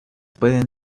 pueden